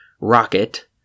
Rocket